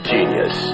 Genius